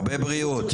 הרבה בריאות.